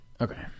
Okay